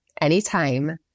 anytime